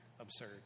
absurd